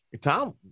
Tom